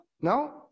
no